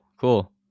Cool